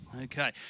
Okay